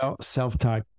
self-taught